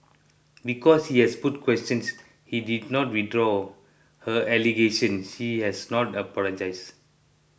because she has put questions she did not withdraw her allegation she has not apologized